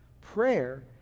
prayer